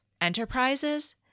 enterprises